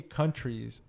countries